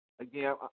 again